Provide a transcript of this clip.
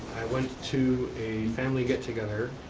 went to a family get-together.